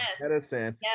medicine